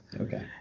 okay